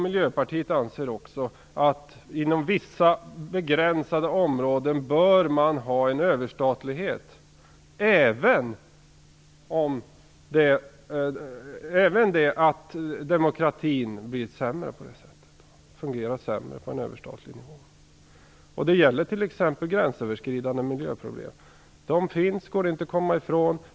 Miljöpartiet anser att det inom vissa begränsade områden bör vara en överstatlighet, även om demokratin blir sämre och fungerar sämre på en överstatlig nivå. Det gäller t.ex. gränsöverskridande miljöproblem. De finns, det går inte att komma ifrån.